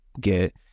get